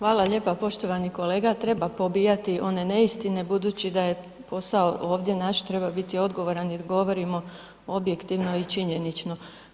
Hvala lijepa poštovani kolega, treba pobijati one neistine budući da je posao ovdje naš treba biti odgovoran jer govorimo objektivno i činjenično.